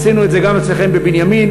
עשינו את זה גם אצלכם בבנימין,